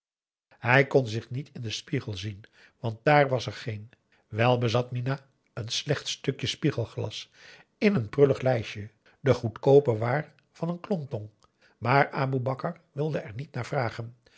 hij kon zich niet in den spiegel zien want daar was er geen wel bezat minah een slecht stukje spiegelglas in een prullig lijstje de goedkoope waar van een klontong maar aboe bakar wilde er niet naar vragen